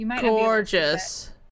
gorgeous